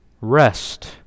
Rest